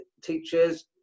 teachers